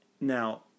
Now